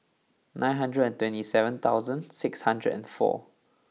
nine hundred and twenty seven thousand six hundred and four